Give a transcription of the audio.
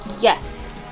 Yes